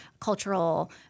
cultural